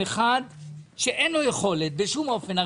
עם אחד שאין לו יכולת בשום אופן.